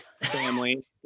family